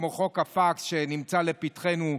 כמו חוק הפקס שנמצא לפתחנו,